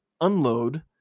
unload